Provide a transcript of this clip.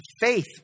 faith